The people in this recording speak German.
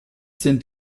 sind